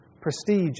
Prestige